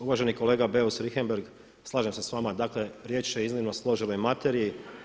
Uvaženi kolege Beus Richembergh, slažem se s vama, dakle riječ je o iznimno složenoj materiji.